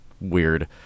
weird